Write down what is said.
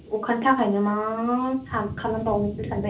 अखानि थाखायनो मा खालामबावनोसो सानबाय